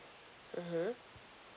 mmhmm